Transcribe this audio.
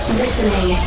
listening